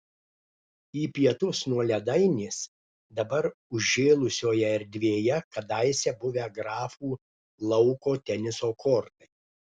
į pietus nuo ledainės dabar užžėlusioje erdvėje kadaise buvę grafų lauko teniso kortai